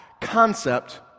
concept